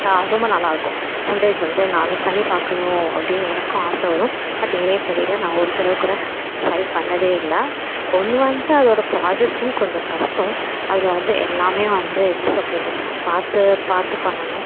ரொம்ப நல்லாயிருக்கும் சம்டைம்ஸ் வந்து நானும் பண்ணிப் பார்க்கணும் அப்படின்னு எனக்கும் ஆசை வரும் பட் ஏன்னே தெரியலை நான் ஒரு தடவைக்கூட ட்ரைப் பண்ணதே இல்லை ஒன்று வந்து அதோடய ப்ராஸஸும் கொஞ்சம் கஷ்டம் அதில் வந்து எல்லாம் வந்து என்ன சொல்கிறது ரொம்ப பார்த்து பார்த்து பண்ணனும்